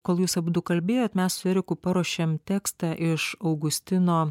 kol jūs abubu kalbėjot mes su eriku paruošėm tekstą iš augustino